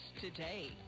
today